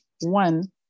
one